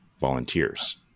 volunteers